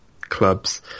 clubs